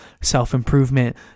self-improvement